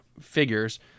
figures